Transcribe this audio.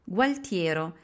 Gualtiero